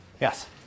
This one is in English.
Yes